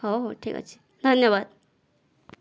ହେଉ ହେଉ ଠିକ ଅଛି ଧନ୍ୟବାଦ